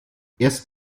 erst